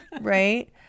right